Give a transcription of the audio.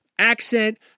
Accent